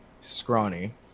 scrawny